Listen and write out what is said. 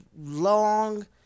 long